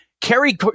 Kerry